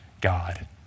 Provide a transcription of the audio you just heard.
God